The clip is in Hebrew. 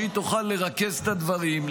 שהיא תוכל לרכז את הדברים,